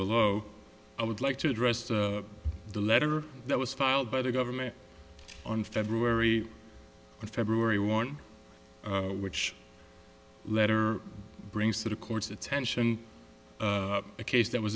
below i would like to address to the letter that was filed by the government on february and february warn which letter brings to the court's attention a case that was